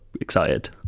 excited